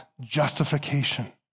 justification